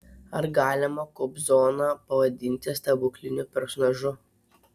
ar galima kobzoną pavadinti stebukliniu personažu